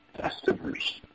customers